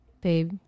babe